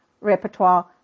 repertoire